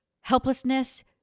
helplessness